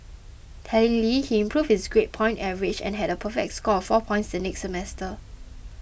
tellingly he improved his grade point average and had a perfect score of four points the next semester